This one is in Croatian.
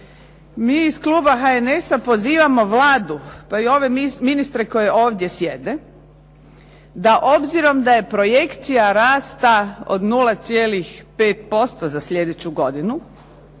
mi iz kluba HNS-a pozivamo Vladu, pa i ove ministre koji ovdje sjede da obzirom da je projekcija rasta od 0,5% za slijedeću godinu,